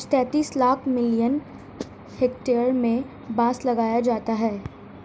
आज तैंतीस lakh million hectare में बांस लगाया जाता है